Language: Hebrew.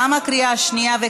תמה קריאה שנייה.